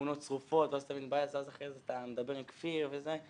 תמונות שרופות ואז אחרי זה אתה מדבר עם כפיר ואז